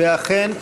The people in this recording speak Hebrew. הכותל, ואכן,